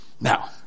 Now